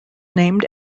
named